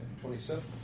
Twenty-seven